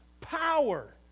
power